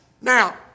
Now